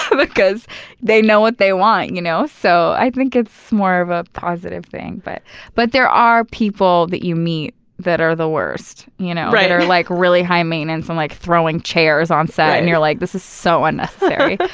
ah because they know what they want. you know so i think it's more of a positive thing. but but there are people that you meet that are the worst. you know that are like really high-maintenance and like throwing throwing chairs on set. and you're like, this is so unnecessary.